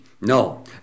no